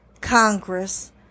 Congress